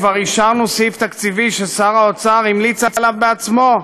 כבר אישרנו סעיף תקציבי ששר האוצר המליץ עליו בעצמו.